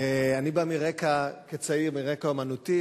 אני בא מרקע, כצעיר, מרקע אמנותי.